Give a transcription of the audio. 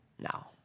now